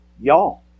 y'all